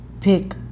pick